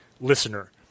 listener